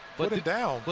put it down.